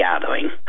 gathering